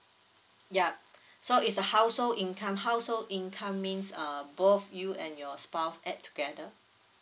yeah so it's a household income household income means uh both you and your spouse add together